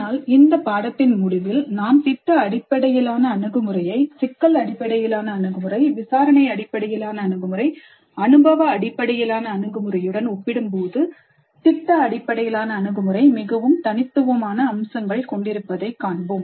ஆனால் இந்தப் பாடத்தின் முடிவில் நாம் திட்ட அடிப்படையிலான அணுகுமுறையை சிக்கல் அடிப்படையிலான அணுகுமுறைவிசாரணை அடிப்படையிலான அணுகுமுறை அனுபவ அடிப்படையிலான அணுகுமுறையுடன் ஒப்பிடும்போது திட்ட அடிப்படையிலான அணுகுமுறை மிகவும் தனித்துவமான அம்சங்கள் கொண்டிருப்பதைக் காண்போம்